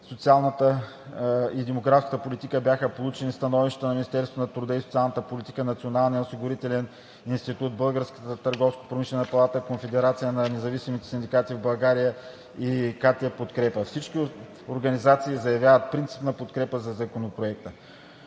самоосигуряващи се лица. В Комисията бяха получени становищата на Министерството на труда и социалната политика, Националния осигурителен институт, Българската търговско-промишлена палата, Конфедерацията на независимите синдикати в България и КТ „Подкрепа“. Всички организации заявяват принципна подкрепа за Законопроекта.